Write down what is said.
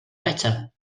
better